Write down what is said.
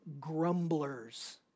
grumblers